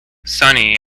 sonny